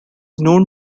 known